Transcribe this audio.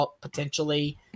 potentially